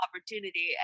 opportunity